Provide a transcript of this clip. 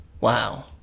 Wow